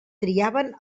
triaven